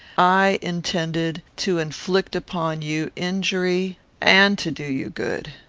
i intended to inflict upon you injury and to do you good.